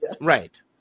Right